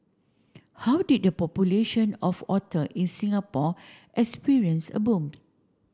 how did the population of otter in Singapore experience a boom